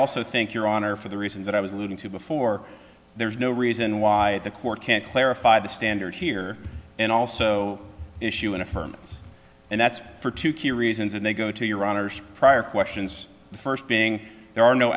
also think your honor for the reasons that i was alluding to before there is no reason why the court can't clarify the standard here and also issue in a firm and that's for two key reasons and they go to your honor's prior questions the first being there are no